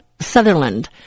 Sutherland